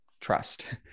trust